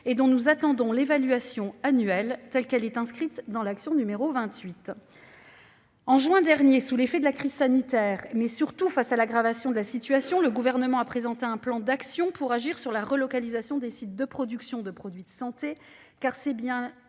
et dont nous attendons l'évaluation annuelle, telle qu'elle est inscrite à l'action n° 28. En juin dernier, face à l'aggravation de la situation, le Gouvernement a présenté un plan d'action pour agir sur la relocalisation de sites de production de produits de santé, car c'est bien